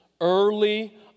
early